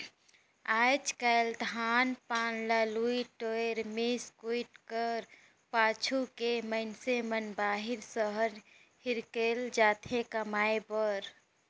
आएज काएल धान पान ल लुए टोरे, मिस कुइट कर पाछू के मइनसे मन बाहिर सहर हिकेल जाथे कमाए खाए बर